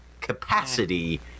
capacity